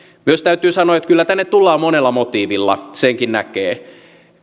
myös täytyy sanoa että kyllä tänne tullaan monella motiivilla senkin näkee